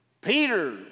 Peter